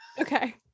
Okay